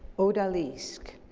odalisque.